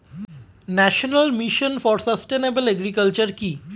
National mission for sustainable agriculture কি?